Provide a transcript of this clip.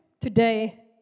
today